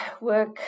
work